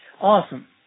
Awesome